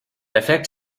effect